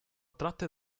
tratte